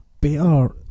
better